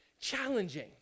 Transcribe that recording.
challenging